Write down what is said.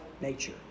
nature